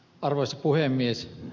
arvoisa puhemies